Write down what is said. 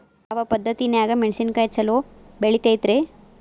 ಯಾವ ಪದ್ಧತಿನ್ಯಾಗ ಮೆಣಿಸಿನಕಾಯಿ ಛಲೋ ಬೆಳಿತೈತ್ರೇ?